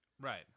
Right